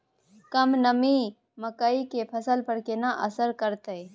कम नमी मकई के फसल पर केना असर करतय?